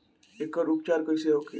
एकर उपचार कईसे होखे?